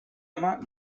ama